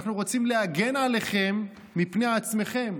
אנחנו רוצים להגן עליכם מפני עצמכם.